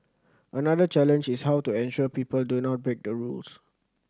another challenge is how to ensure people do not break the rules